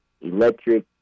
electric